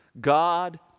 God